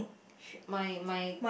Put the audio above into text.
shit my my